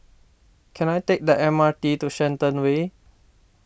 can I take the M R T to Shenton Way